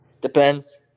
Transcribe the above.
depends